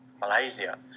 Malaysia